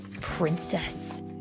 Princess